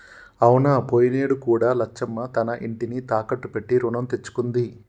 అవునా పోయినేడు కూడా లచ్చమ్మ తన ఇంటిని తాకట్టు పెట్టి రుణం తెచ్చుకుంది